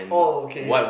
okay